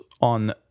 on